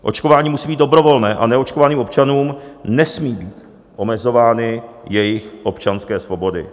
Očkování musí být dobrovolné a neočkovaným občanům nesmí být omezovány jejich občanské svobody.